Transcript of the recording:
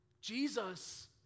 Jesus